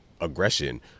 aggression